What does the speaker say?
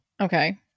Okay